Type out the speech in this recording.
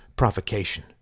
provocation